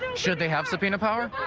should they have subpoena power?